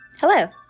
Hello